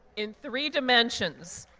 in three dimensions.